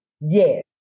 yes